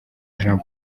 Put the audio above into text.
jean